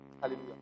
Hallelujah